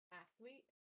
athlete